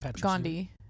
Gandhi